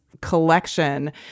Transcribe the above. collection